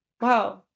wow